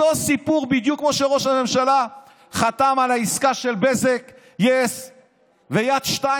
אותו סיפור בדיוק כמו שראש הממשלה חתם על העסקה של בזק-yes ויד 2,